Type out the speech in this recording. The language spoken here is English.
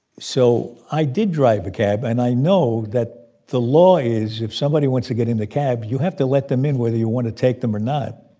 so i did drive a cab. and i know that the law is if somebody wants to get in the cab, you have to let them in whether you want to take them or not.